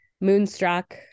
Moonstruck